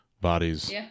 bodies